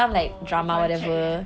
oh recontract eh